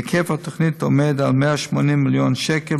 היקף התוכנית עומד על 180 מיליון שקל,